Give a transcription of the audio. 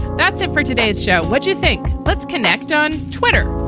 that's it for today's show. what do you think? let's connect on twitter.